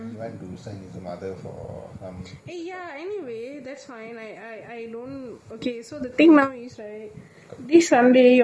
eh that's fine okay that's fine I I don't okay so the thing now is right this sunday your mum is coming what time and what's the time